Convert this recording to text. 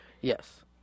Yes